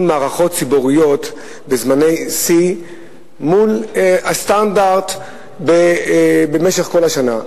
מערכות ציבוריות בזמני שיא מול הסטנדרד במשך כל השנה.